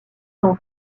tant